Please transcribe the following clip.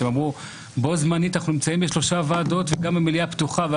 שהם אמרו שבו-זמנית הם נמצאים בשלוש ועדות וגם המליאה פתוחה.